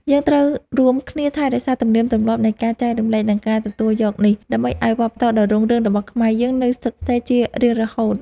យើងត្រូវរួមគ្នាថែរក្សាទំនៀមទម្លាប់នៃការចែករំលែកនិងការទទួលយកនេះ ដើម្បីឱ្យវប្បធម៌ដ៏រុងរឿងរបស់ខ្មែរយើងនៅស្ថិតស្ថេរជារៀងរហូត។